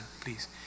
please